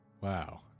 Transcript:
wow